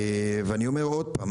אומר שוב,